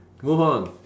move on